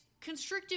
constrictive